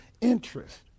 interest